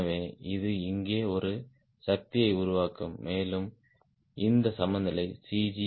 எனவே இது இங்கே ஒரு சக்தியை உருவாக்கும் மேலும் இந்த சமநிலை C